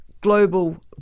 global